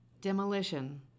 Demolition